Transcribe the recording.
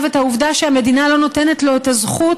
את העובדה שהמדינה לא נותנת לו את הזכות,